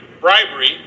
bribery